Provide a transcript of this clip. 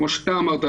כמו שאתה אמרת,